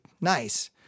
nice